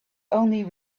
only